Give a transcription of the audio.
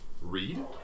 Read